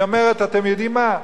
היא אומרת: אתם יודעים מה?